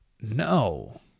No